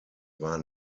war